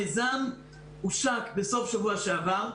המיזם הושק בסוף השבוע שעבר.